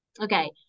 Okay